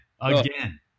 Again